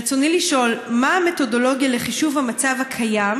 רצוני לשאול: 1. מה המתודולוגיה לחישוב המצב הקיים